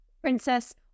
princess